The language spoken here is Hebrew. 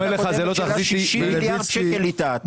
60 מיליארד שקל היא טעתה.